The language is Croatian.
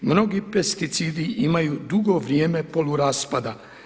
Mnogi pesticidi imaju dugo vrijeme poluraspada.